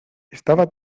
estaba